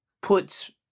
puts